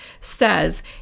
says